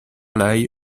lai